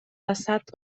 وسط